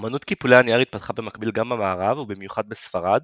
אמנות קיפולי הנייר התפתחה במקביל גם במערב ובמיוחד בספרד,